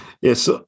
Yes